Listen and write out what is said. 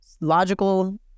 logical